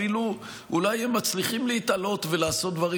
אולי אפילו הם מצליחים להתעלות ולעשות דברים